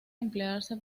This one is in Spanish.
emplearse